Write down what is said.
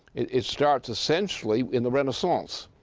it starts essentially in the renaissance,